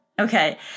Okay